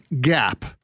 Gap